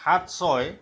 সাত ছয়